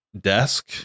desk